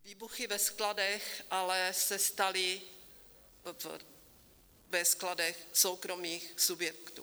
Výbuchy ve skladech ale se staly ve skladech soukromých subjektů.